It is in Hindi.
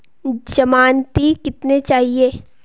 ज़मानती कितने चाहिये?